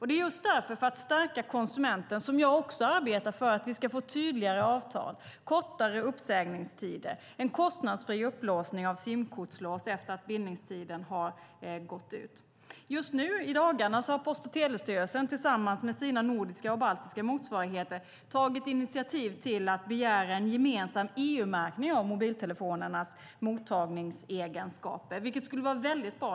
Det är för att stärka konsumenten som jag också arbetar för att vi ska få tydligare avtal, kortare uppsägningstider och en kostnadsfri upplåsning av SIM-kortslås efter att bindningstiden har gått ut. Just nu i dagarna har Post och telestyrelsen tillsammans med sina nordiska och baltiska motsvarigheter tagit initiativ till att begära en gemensam EU-märkning av mobiltelefonernas mottagningsegenskaper, vilket skulle vara bra.